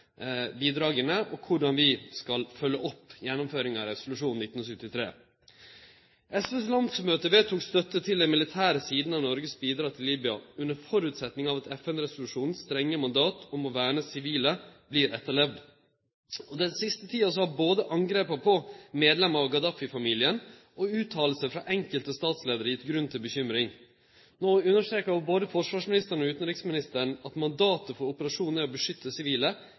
bidraga, og korleis vi skal følgje opp gjennomføringa av resolusjon 1973. SVs landsmøte vedtok støtte til dei militære sidene av Noregs bidrag til Libya under føresetnad av at FN-resolusjonens strenge mandat om å verne sivile vert etterlevd. Den siste tida har både angrepa på medlemer av Gaddafi-familien og utsegner frå enkelte statsleiarar gitt grunn til bekymring. No understreka både forsvarsministeren og utanriksministeren at mandatet for operasjonen er å beskytte sivile,